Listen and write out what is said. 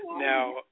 Now